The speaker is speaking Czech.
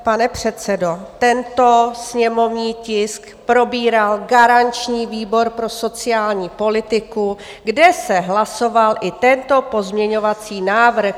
Pane předsedo, tento sněmovní tisk probíral garanční výbor pro sociální politiku, kde se hlasoval i tento pozměňovací návrh.